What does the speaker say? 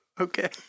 Okay